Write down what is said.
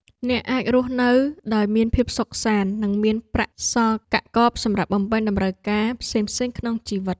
អ្នកអាចរស់នៅដោយមានភាពសុខសាន្តនិងមានប្រាក់សល់កាក់កបសម្រាប់បំពេញតម្រូវការផ្សេងៗក្នុងជីវិត។